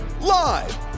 live